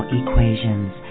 equations